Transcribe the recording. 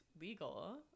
legal